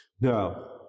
Now